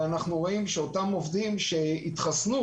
אנחנו רואים שאותם עובדים שהתחסנו,